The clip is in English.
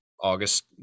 August